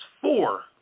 four